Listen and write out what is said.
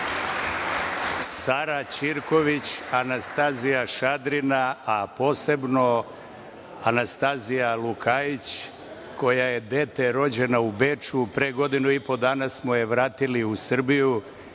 Sara Ćirković, Anastazija Šadrina, a posebno Anastazija Lukajić, koja je dete rođeno u Beču, pre godinu i po dana smo je vratili u Srbiju